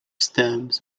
stems